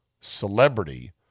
celebrity